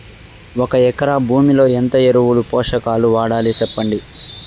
ఒక ఎకరా భూమిలో ఎంత ఎరువులు, పోషకాలు వాడాలి సెప్పండి?